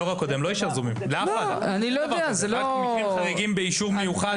היו"ר הקודם לא אישר זום לאף ועדה אלא במקרים חריגים עם אישור מיוחד.